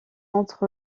entre